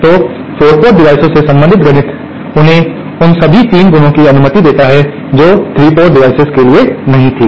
तो 4 पोर्ट डिवाइसों से संबंधित गणित उन्हें उन सभी 3 गुणों की अनुमति देता है जो 3 पोर्ट डिवाइसों के लिए नहीं थी